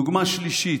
דוגמה שלישית: